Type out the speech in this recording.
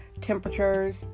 temperatures